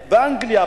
באנגליה,